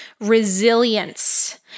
resilience